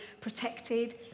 protected